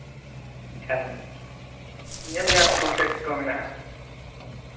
ᱢᱮᱱᱠᱷᱟᱱ ᱧᱮᱞ ᱦᱩᱭᱩᱜᱼᱟ ᱟᱨᱚ ᱴᱳᱞ ᱴᱮᱠᱥ ᱠᱚ ᱢᱮᱱᱟᱜᱼᱟ